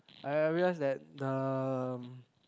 I I realize that um